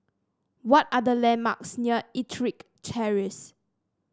what are the landmarks near EttricK Terrace